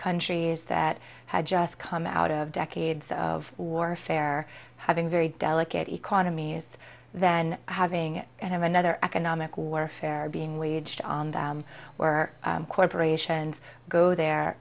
countries that had just come out of decades of warfare having very delicate economies then having and of another economic warfare being waged on them were corporations go the